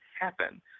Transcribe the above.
happen